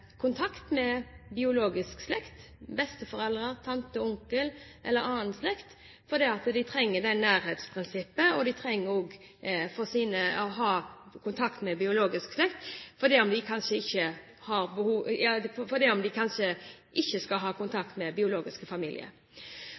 kontakt med biologisk slekt, besteforeldre, tanter og onkler eller annen slekt fordi de trenger denne nærheten, og de trenger å ha kontakt med biologisk slekt selv om de kanskje ikke skal ha kontakt med biologisk familie. Så har vi sett flere og flere eksempler på at de ikke